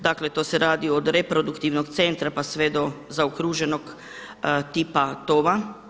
Dakle to se radi od reproduktivnog centra pa sve do zaokruženog tipa tova.